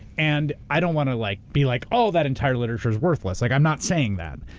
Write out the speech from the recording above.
and i don't want to like be like oh that entire literature is worthless, like i'm not saying that.